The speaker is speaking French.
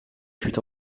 fut